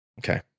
Okay